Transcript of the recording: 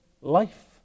life